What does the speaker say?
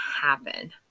happen